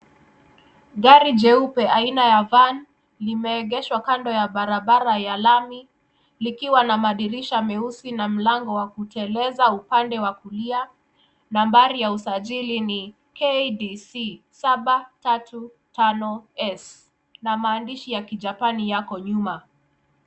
Gari jeupe aina ya van , limeegeshwa kando ya barabara ya lami, likiwa na madirisha meusi na mlango wa kuteleza, upande wa kulia, nambari ya usajili ni KDC 735S na maandishi ya kijapani yako nyuma.